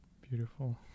beautiful